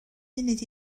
munud